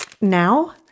Now